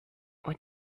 what